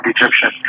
Egyptian